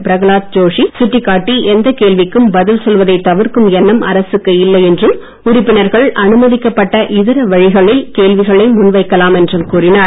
பிரகலாத் ஜோஷி சுட்டிக்காட்டி எந்த கேள்விக்கும் பதில் சொல்வதை தவிர்க்கும் எண்ணம் அரசுக்கு இல்லை என்றும் உறுப்பினர்கள் அனுமதிக்கப்பட்ட இதர வழிகளில் கேள்விகளை முன் வைக்கலாம் என்றும் கூறினார்